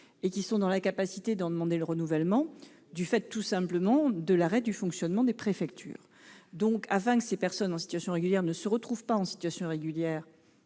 et qui sont dans l'incapacité d'en demander le renouvellement du fait de l'arrêt du fonctionnement des préfectures. Eh oui ! Afin que ces personnes en situation régulière ne se retrouvent pas en situation irrégulière